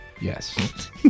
Yes